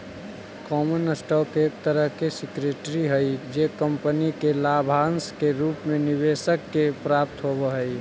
common stock एक तरह के सिक्योरिटी हई जे कंपनी के लाभांश के रूप में निवेशक के प्राप्त होवऽ हइ